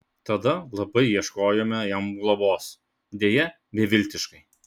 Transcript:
tada labai ieškojome jam globos deja beviltiškai